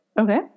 okay